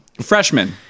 Freshman